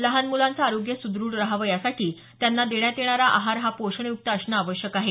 लहान मुलांचं आरोग्य सुदृढ राहावं यासाठी त्यांना देण्यात येणारा आहार हा पोषण युक्त असणं आवश्यक आहे